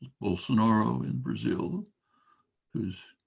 bolsonaro in brazil who's